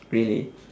really